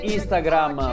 Instagram